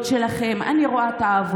אני רואה את הלילות שלכם,